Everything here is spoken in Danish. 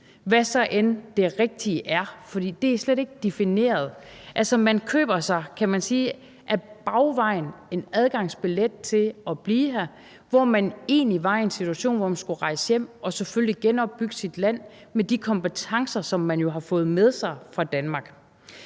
hvad det rigtige så end er. For det er slet ikke defineret. Altså, man køber sig, kan man sige, ad bagvejen til en adgangsbillet til at blive her, når man egentlig var i en situation, hvor man skulle rejse hjem og selvfølgelig genopbygge sit land med de kompetencer, som man jo har fået med sig fra Danmark.